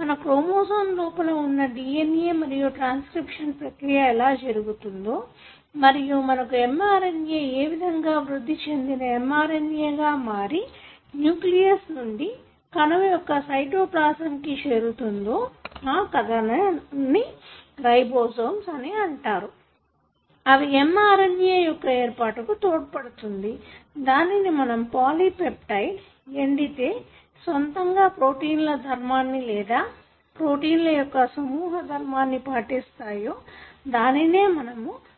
మన క్రోమోసోమ్ లోపల వున్న DNA మరియు ట్రాన్స్క్రిప్షన్ ప్రక్రియ ఎలా జరుగుతుందో మరియు మనకు mRNA ఏ విధంగా వృద్ధి చెందిన mRNA గా మారి న్యూక్లియస్ నుండి కణము యొక్క సైటోప్లాసంకు చేరుతుందో ఆ కధనాన్ని రైబోసోమ్స్ అని అంటారు అవి mRNA యొక్క ఏర్పాటుకు తోడ్పడుతుంది దానిని మనము పాలీ పెప్టైడ్ ఎండితే సొంతంగా ప్రోటీన్ ల ధర్మాన్ని లేదా ప్రోటీన్ ల సమూహ ధర్మాన్ని పాటిస్తాయో దానినే మనము ప్రోటీన్ అని అంటాము